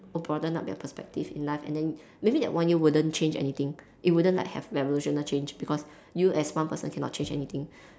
broaden up your perspective in life and then maybe that one year wouldn't change anything it wouldn't like have revolutionary change because you as one person cannot change anything